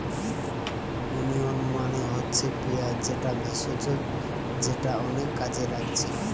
onion মানে হচ্ছে পিঁয়াজ যেটা ভেষজ যেটা অনেক কাজে লাগছে